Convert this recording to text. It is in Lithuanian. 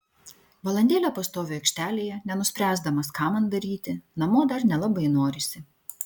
valandėlę pastoviu aikštelėje nenuspręsdamas ką man daryti namo dar nelabai norisi